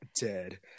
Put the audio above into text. dead